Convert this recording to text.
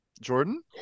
Jordan